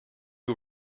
who